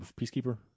Peacekeeper